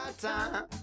time